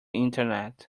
internet